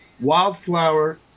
wildflower